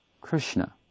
Krishna